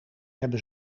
hebben